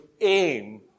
aim